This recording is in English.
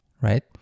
right